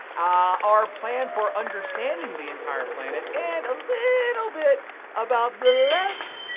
our plan for understanding the entire planet, and a little bit about the left,